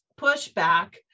pushback